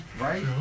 Right